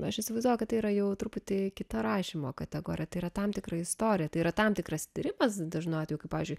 aš įsivaizduoju kad tai yra jau truputį kita rašymo kategorija tai yra tam tikra istorija tai yra tam tikras tyrimas dažnu atveju kaip pavyzdžiui